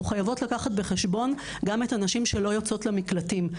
חייבות לקחת בחשבון גם את הנשים שלא יוצאות למקלטים,